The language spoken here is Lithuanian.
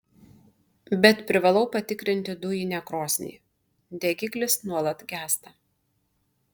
bet privalau patikrinti dujinę krosnį degiklis nuolat gęsta